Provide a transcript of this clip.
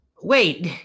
Wait